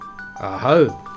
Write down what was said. Aho